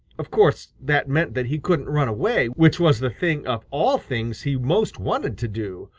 of course, that meant that he couldn't run away, which was the thing of all things he most wanted to do,